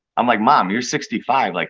i'm like, mom, you're sixty five. like